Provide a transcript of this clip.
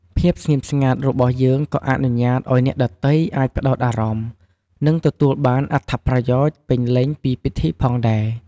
ភាពស្ងៀមស្ងាត់របស់យើងក៏អនុញ្ញាតឲ្យអ្នកដទៃអាចផ្តោតអារម្មណ៍ និងទទួលបានអត្ថប្រយោជន៍ពេញលេញពីពិធីផងដែរ។